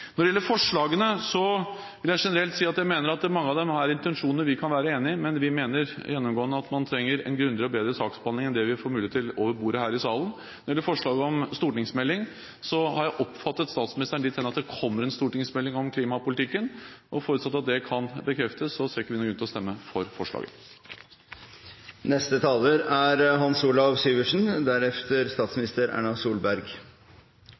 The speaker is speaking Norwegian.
Når det gjelder forslagene, vil jeg generelt si at mange av dem har intensjoner vi kan være enige om, men vi mener gjennomgående at man trenger en grundigere og bedre saksbehandling enn det vi får mulighet til over bordet her i salen. Når det gjelder forslaget om stortingsmelding, har jeg oppfattet statsministeren dit hen at det kommer en stortingsmelding om klimapolitikken, og forutsatt at det kan bekreftes, ser ikke vi noen grunn til å stemme for forslaget. Jeg synes jo det er